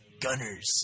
gunners